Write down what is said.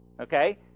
Okay